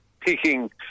picking